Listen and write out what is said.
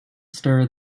stir